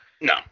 no